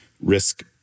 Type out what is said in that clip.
risk